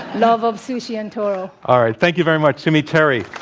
love of sushi and toro. all right. thank you very much, sue mi terry.